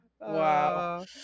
Wow